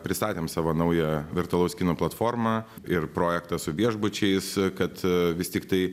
pristatėm savo naują virtualaus kino platformą ir projektą su viešbučiais kad vis tiktai